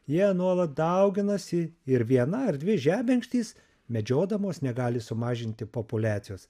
jie nuolat dauginasi ir viena ar dvi žebenkštys medžiodamos negali sumažinti populiacijos